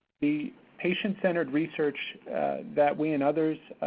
the patient-centered research that we, and others,